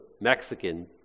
Mexican